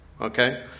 Okay